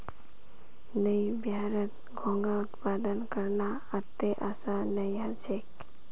नइ बिहारत घोंघा उत्पादन करना अत्ते आसान नइ ह छेक